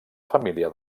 família